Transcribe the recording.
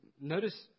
Notice